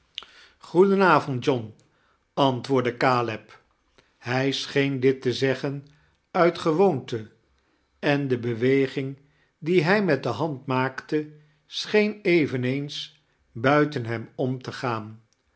john antwoordde caleb hij scheen dit te zeggen uit gewoonte en de beweging die hij met de hand maakte scheen eveneens buiten hem om te gaan